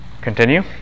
Continue